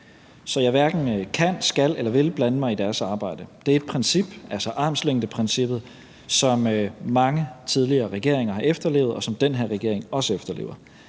så jeg hverken kan, skal eller vil blande mig i deres arbejde. Det er et princip, altså armslængdeprincippet, som mange tidligere regeringer har efterlevet, og som den her regering også efterlever.